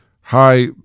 hi